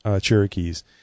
Cherokees